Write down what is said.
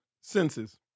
Senses